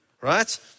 right